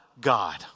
God